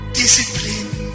discipline